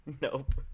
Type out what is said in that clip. Nope